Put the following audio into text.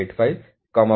0051 0